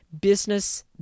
business